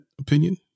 opinion